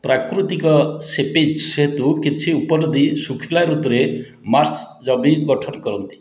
ପ୍ରାକୃତିକ ସିପେଜ୍ ହେତୁ କିଛି ଉପନଦୀ ଶୁଖିଲା ଋତୁରେ ମାର୍ସ୍ ଜମି ଗଠନ କରନ୍ତି